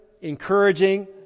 encouraging